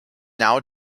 now